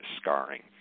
scarring